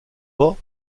pas